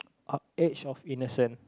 ah age of innocent